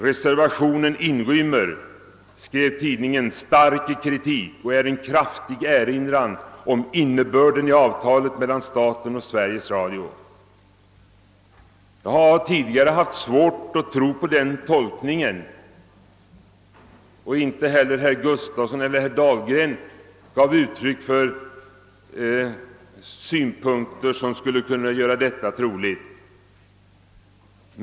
— Reservationen inrymmer, skrev tidningen, stark kritik och är en kraftig erinran om innebörden i avtalet mellan staten och Sveriges Radio. Jag har tidigare haft svårt att tro på denna tolkning, och inte heller herrar Gustafson i Göteborg eller Dahlgren gav uttryck för synpunkter som skulle kunna. göra den trolig.